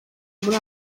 muri